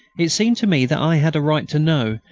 it seemed to me that i had a right to know,